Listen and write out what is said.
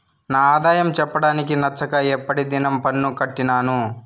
నా ఆదాయం చెప్పడానికి నచ్చక ఎప్పటి దినం పన్ను కట్టినాను